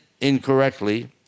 incorrectly